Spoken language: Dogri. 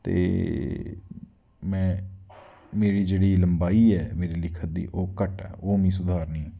ते में मेरी जेह्ड़ी लम्बाई ऐ मेरे लिखन दी ओह् घट्ट ऐ ओह् मीं सुधारनी ऐ